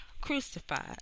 crucified